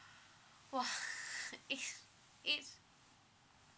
!wah! is is